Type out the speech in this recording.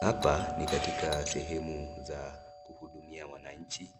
Hapa ni katika sehemu za kuhudumia wananchi